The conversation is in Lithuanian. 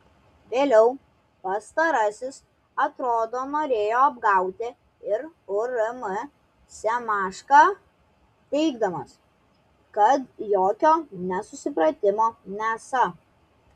vėliau pastarasis atrodo norėjo apgauti ir urm semašką teigdamas kad jokio nesusipratimo nesą